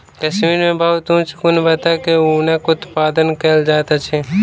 कश्मीर मे बहुत उच्च गुणवत्ता के ऊनक उत्पादन कयल जाइत अछि